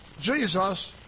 Jesus